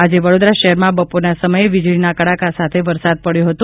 આજે વડોદરા શહેરમાં બપોરના સમયે વીજળીના કડાકા સાથે વરસાદ પડ્યો હતો